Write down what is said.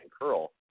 curl